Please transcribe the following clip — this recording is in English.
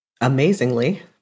Amazingly